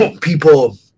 people